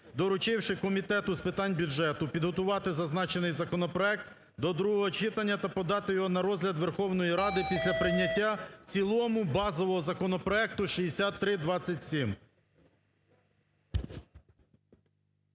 доручивши Комітету з питань бюджету підготувати зазначений законопроект до другого читання та подати його на розгляд Верховної Ради після прийняття в цілому базового законопроекту 6327.